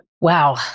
Wow